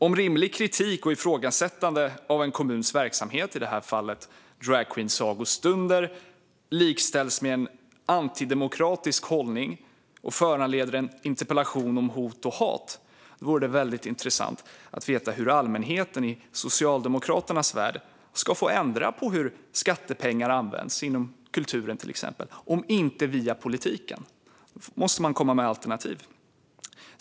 Om rimlig kritik och ifrågasättande av en kommuns verksamhet, i det här fallet sagostunder med dragqueens, likställs med en antidemokratisk hållning och föranleder en interpellation om hot och hat vore det väldigt intressant att veta hur allmänheten i Socialdemokraternas värld ska få ändra på hur skattepengar används, inom kulturen, till exempel, om inte via politiken. Då måste man komma med alternativ.